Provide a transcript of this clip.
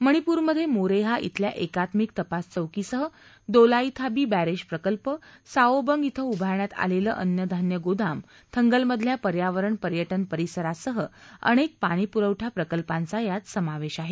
मणिपूरमध्ये मोरेहा शिल्या एकात्मिक तपास चौकी सह दोलाईथाबी बॅरेज प्रकल्प सावोबंग िवं उभारण्यात आलेलं अन्नधान्य गोदाम थंगलमधल्या पर्यावरण पर्यटन परिसरासह अनेक पाणीपुरवठा प्रकल्पांचा यात समावेश आहे